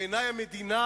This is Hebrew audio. בעיני המדינה